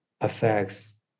affects